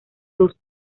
dos